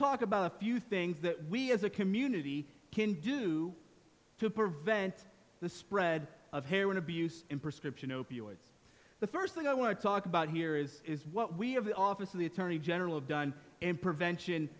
talk about a few things that we as a community can do to prevent the spread of heroin abuse in prescription opioids the first thing i want to talk about here is is what we have the office of the attorney general of done and prevention